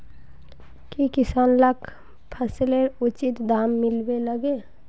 की किसान लाक फसलेर उचित दाम मिलबे लगे?